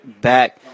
back